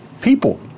people